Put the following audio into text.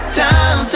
time